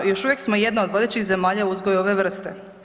Još uvijek smo jedna od vodećih zemalja u uzgoju ove vrste.